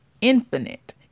Infinite